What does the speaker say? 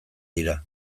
dira